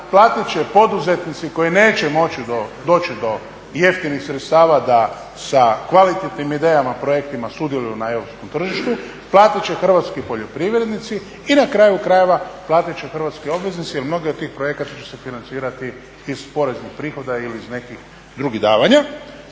platit će poduzetnici koji neće moći doći do jeftinih sredstava da sa kvalitetnih idejama, projektima sudjeluju na Europskom tržištu, platit će hrvatski poljoprivrednici i na kraju krajeva, platiti će hrvatski obveznici jer mnoge od tih projekata će se financirati iz poreznih prihoda ili iz nekih drugih davanja.